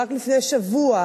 רק לפני שבוע,